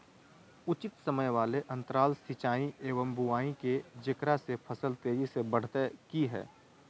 उचित समय वाले अंतराल सिंचाई एवं बुआई के जेकरा से फसल तेजी से बढ़तै कि हेय?